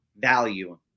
value